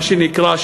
מה שנקרא,